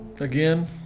Again